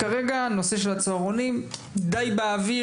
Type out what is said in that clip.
נושא הצהרונים הוא קצת באוויר,